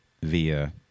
via